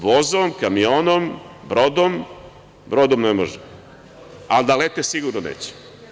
Vozom, kamionom, brodom ne može, ali da lete sigurno neće.